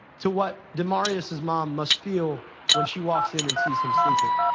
to what demaryius's mom must feel when she walks in and sees him sleeping.